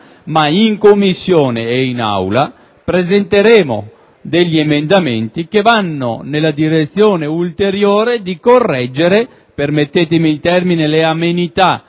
ma in Commissione e in Aula presenteremo degli emendamenti che vanno nella direzione ulteriore di correggere - permettetemi il termine - le amenità